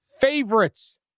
favorites